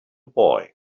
boy